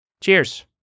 cheers